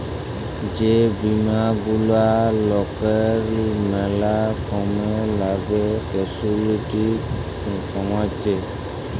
যে বীমা গুলা লকের ম্যালা কামে লাগ্যে ক্যাসুয়ালটি কমাত্যে